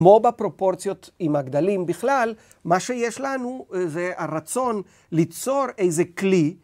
‫כמו בפרופורציות עם הגדלים בכלל, ‫מה שיש לנו זה הרצון ליצור איזה כלי...